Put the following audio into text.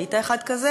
היית אחד כזה,